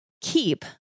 Keep